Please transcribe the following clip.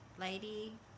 lady